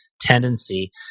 tendency